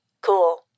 cool